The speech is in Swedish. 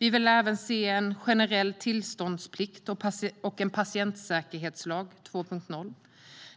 Vi vill även se en generell tillståndsplikt och en patientsäkerhetslag 2.0.